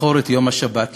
"זכור את יום השבת לקדשו".